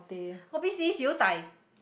kopi C siew-dai